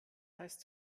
heißt